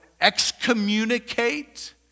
excommunicate